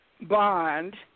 bond